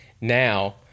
now